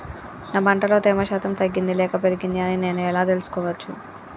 నా పంట లో తేమ శాతం తగ్గింది లేక పెరిగింది అని నేను ఎలా తెలుసుకోవచ్చు?